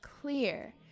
clear